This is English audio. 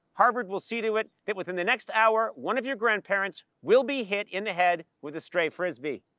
harvard will see to it that within the next hour, one of your grandparents will be hit in the head with a stray frisbee.